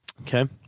Okay